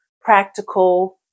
practical